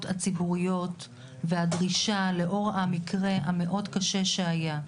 הציבוריות והדרישה לאור המקרה המאוד קשה שהיה.